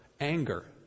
anger